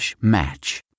match